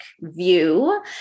view